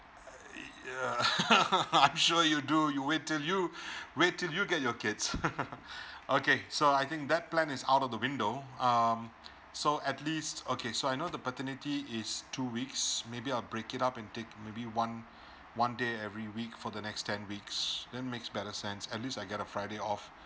ye~ I'm sure you do you wait til you wait til you get your kids okay so I think that plan is out of the window um so at least okay so I know the paternity is two weeks maybe I'll break it up and take maybe one one day every week for the next ten weeks then makes better sense at least I get a friday off